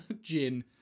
gin